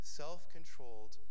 self-controlled